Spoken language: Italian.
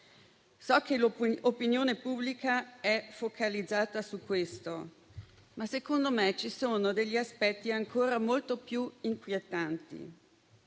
So che l'opinione pubblica è focalizzata su questo, ma secondo me ci sono aspetti ancora molto più inquietanti.